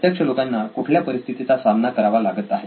प्रत्यक्ष लोकांना कुठल्या परिस्थितीचा सामना करावा लागत आहे